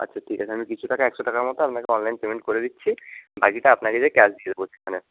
আচ্ছা ঠিক আছে আমি কিছু টাকা একশো টাকা মতো আপনাকে অনলাইন পেমেন্ট করে দিচ্ছি বাকিটা আপনাকে যেয়ে ক্যাশ দিয়ে দেব সেখানে